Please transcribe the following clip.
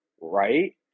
Right